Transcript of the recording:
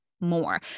more